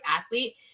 athlete